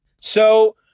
So-